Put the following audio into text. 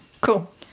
Cool